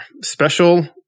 special